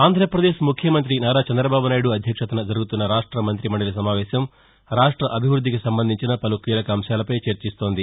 ఆంధ్రప్రదేశ్ ముఖ్యమంత్రి నారా చంద్రబాబు నాయుడు అధ్యక్షతన జరుగుతున్న రాష్ట మంతి మందలి సమావేశం రాష్టాభివృద్దికి సంబంధించిన పలు కీలక అంశాలపై చర్చిస్తోంది